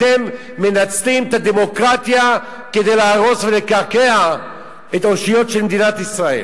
אתם מנצלים את הדמוקרטיה כדי להרוס ולקעקע את האושיות של מדינת ישראל.